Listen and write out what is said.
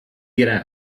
get